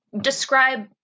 describe